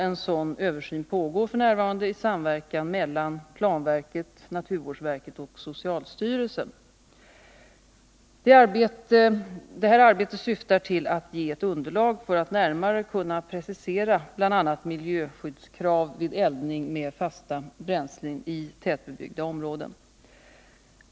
En sådan översyn pågår f.n. i samverkan mellan planverket, naturvårdsverket och socialstyrelsen. Detta arbete syftar till att ge ett underlag för att närmare kunna precisera bl.a. miljöskyddskrav vid eldning med fasta bränslen i tätbebyggda områden.